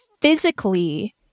physically